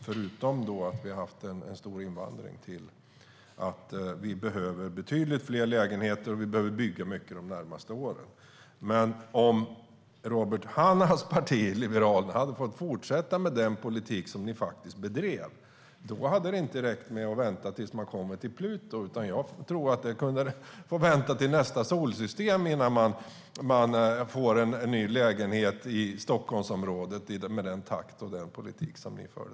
Förutom att vi har haft stor invandring bidrar det till att vi behöver betydligt fler lägenheter och behöver bygga mycket de närmaste åren. Men om Robert Hannahs parti Liberalerna hade fått fortsätta med den politik som ni faktiskt bedrev hade det inte räckt med att vänta tills man kommer till Pluto, utan jag tror att man kunde få vänta till nästa solsystem innan man fick en lägenhet i Stockholmsområdet, med den takt ni hade och den politik som ni förde.